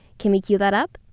can we cue that up?